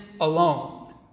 alone